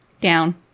Down